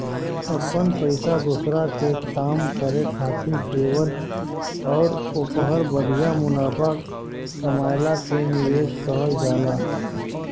अपन पइसा दोसरा के काम करे खातिर देवल अउर ओहपर बढ़िया मुनाफा कमएला के निवेस कहल जाला